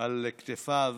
על כתפיו